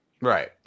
Right